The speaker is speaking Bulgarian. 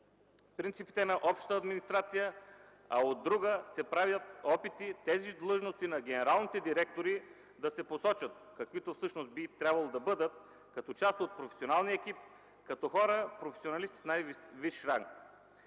принципите на общата администрация, а от друга страна се прави опит тези длъжности на генералните директори, каквито всъщност би трябвало да бъдат – като част от професионалния екип, като хора професионалисти от най-висш ранг.